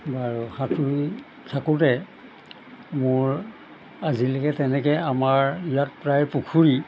বাৰু সাঁতুৰি থাকোঁতে মোৰ আজিলৈকে তেনেকৈ আমাৰ ইয়াত প্ৰায় পুখুৰী